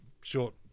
short